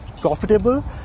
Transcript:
profitable